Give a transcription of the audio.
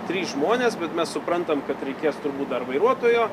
trys žmonės bet mes suprantam kad reikės turbūt dar vairuotojo